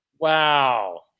Wow